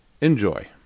enjoy